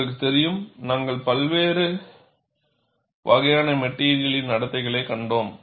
உங்களுக்கு தெரியும் நாங்கள் பல்வேறு வகையான மெட்டிரியலின் நடத்தைகளைக் கண்டோம்